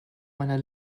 meiner